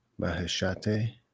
Maheshate